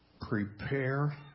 prepare